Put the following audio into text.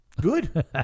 Good